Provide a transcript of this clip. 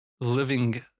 living